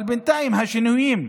אבל בינתיים, השינויים,